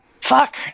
Fuck